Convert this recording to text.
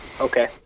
Okay